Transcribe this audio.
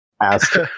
Ask